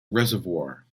reservoir